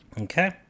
Okay